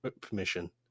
permission